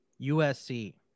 USC